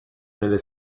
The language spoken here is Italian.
nelle